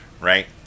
Right